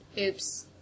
Oops